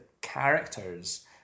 characters